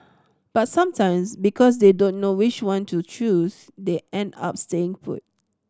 but sometimes because they don't know which one to choose they end up staying put